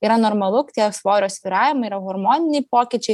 yra normalu tie svorio svyravimai yra hormoniniai pokyčiai